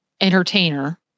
entertainer